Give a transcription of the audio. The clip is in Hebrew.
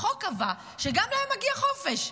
החוק קבע שגם להם מגיע חופש,